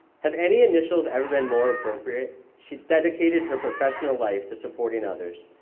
have any initials ever been more appropriate? she dedicated her professional life to supporting others.